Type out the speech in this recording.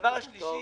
והדבר השלישי,